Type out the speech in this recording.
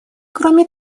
кроме